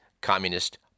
Communist